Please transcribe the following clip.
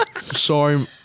Sorry